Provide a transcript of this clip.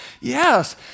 Yes